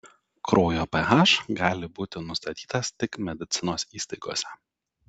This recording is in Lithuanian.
kraujo ph gali būti nustatytas tik medicinos įstaigose